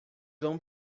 vão